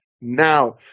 now